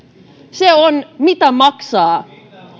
se on mitä maksaa